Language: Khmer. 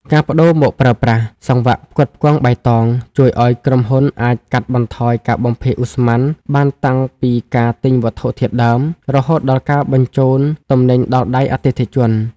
ការប្ដូរមកប្រើប្រាស់ "សង្វាក់ផ្គត់ផ្គង់បៃតង" ជួយឱ្យក្រុមហ៊ុនអាចកាត់បន្ថយការបំភាយឧស្ម័នបានតាំងពីការទិញវត្ថុធាតុដើម រហូតដល់ការបញ្ជូនទំនិញដល់ដៃអតិថិជន។